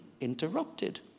interrupted